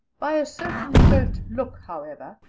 by a certain hurt look, however,